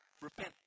repent